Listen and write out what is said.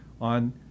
on